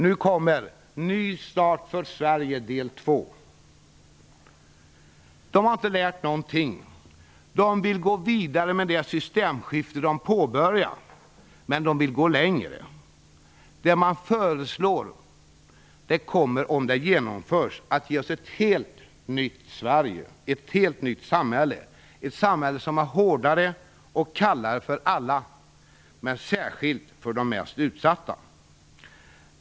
Nu kommer "Ny start för Moderaterna har inte lärt någonting. De vill gå vidare med det systemskifte de påbörjade, men de vill gå längre. Det man föreslår kommer, om det genomförs, att ge oss ett helt nytt Sverige, ett helt nytt samhälle. Det blir ett samhälle som är hårdare och kallare för alla, men särskilt för de mest utsatta.